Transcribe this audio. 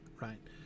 right